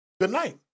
goodnight